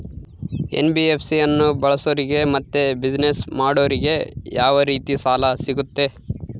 NBFC ಅನ್ನು ಬಳಸೋರಿಗೆ ಮತ್ತೆ ಬಿಸಿನೆಸ್ ಮಾಡೋರಿಗೆ ಯಾವ ರೇತಿ ಸಾಲ ಸಿಗುತ್ತೆ?